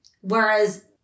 Whereas